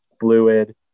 fluid